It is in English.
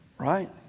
Right